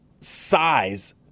size